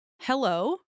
Hello